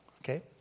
Okay